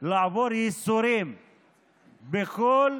לעבור ייסורים בכל